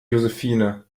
josephine